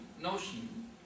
notion